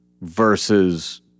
versus